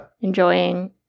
Enjoying